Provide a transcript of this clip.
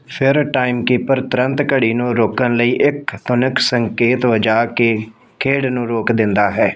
ਫਿਰ ਟਾਈਮਕੀਪਰ ਤੁਰੰਤ ਘੜੀ ਨੂੰ ਰੋਕਣ ਲਈ ਇੱਕ ਧੁਨਿਕ ਸੰਕੇਤ ਵਜਾ ਕੇ ਖੇਡ ਨੂੰ ਰੋਕ ਦਿੰਦਾ ਹੈ